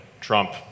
Trump